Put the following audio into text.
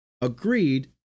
agreed